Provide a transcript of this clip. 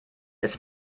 ist